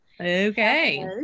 Okay